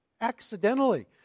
accidentally